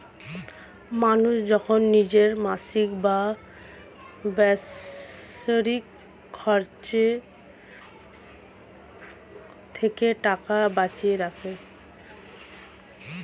মানুষ যখন নিজের মাসিক বা বাৎসরিক খরচের থেকে টাকা বাঁচিয়ে রাখে